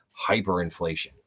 hyperinflation